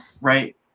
Right